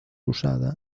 usada